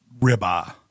ribeye